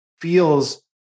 feels